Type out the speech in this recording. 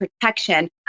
protection